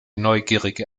neugierige